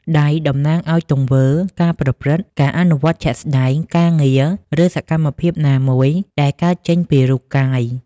ដៃ តំណាងឱ្យ ទង្វើ ការប្រព្រឹត្ត ការអនុវត្តជាក់ស្ដែង ការងារ ឬសកម្មភាពណាមួយដែលកើតចេញពីរូបកាយ។